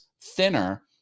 thinner